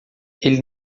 ele